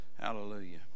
hallelujah